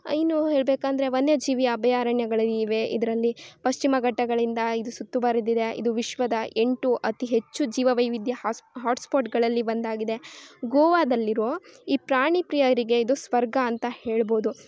ಇನ್ನೂ ಹೇಳಬೇಕಂದ್ರೆ ವನ್ಯ ಜೀವಿಯ ಅಭಯಾರಣ್ಯಗಳು ಇವೆ ಇದರಲ್ಲಿ ಪಶ್ಚಿಮ ಘಟ್ಟಗಳಿಂದ ಇದು ಸುತ್ತುವರೆದಿದೆ ಇದು ವಿಶ್ವದ ಎಂಟು ಅತಿ ಹೆಚ್ಚು ಜೀವ ವೈವಿಧ್ಯ ಹಾಟ್ಸ್ಪಾಟ್ಗಳಲ್ಲಿ ಒಂದಾಗಿದೆ ಗೋವಾದಲ್ಲಿರೋ ಈ ಪ್ರಾಣಿ ಪ್ರಿಯರಿಗೆ ಇದು ಸ್ವರ್ಗ ಅಂತ ಹೇಳ್ಬೋದು